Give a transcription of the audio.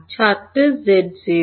ছাত্র z0